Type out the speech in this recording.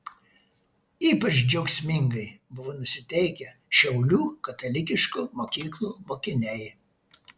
ypač džiaugsmingai buvo nusiteikę šiaulių katalikiškų mokyklų mokiniai